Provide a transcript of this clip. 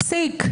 פסיק.